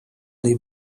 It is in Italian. dei